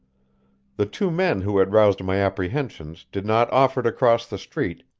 the two men who had roused my apprehensions did not offer to cross the street,